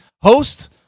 host